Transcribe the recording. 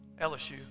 LSU